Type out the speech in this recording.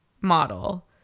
model